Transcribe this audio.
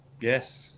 yes